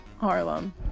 Harlem